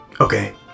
Okay